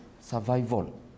survival